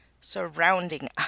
surrounding